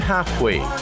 Halfway